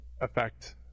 affect